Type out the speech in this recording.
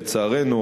לצערנו,